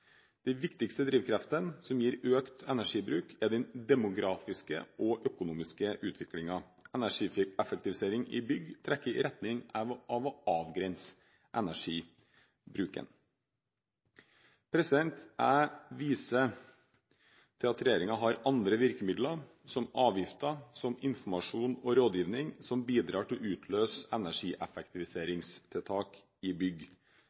De viktigste drivkreftene som gir økt energibruk er den demografiske og økonomiske utviklingen. Energieffektivisering i bygg trekker i retning av å avgrense energibruken. Jeg viser til at regjeringen har andre virkemidler, slik som avgifter, som informasjon og rådgivning, som bidrar til å utløse energieffektiviseringstiltak i bygg.